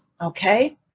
Okay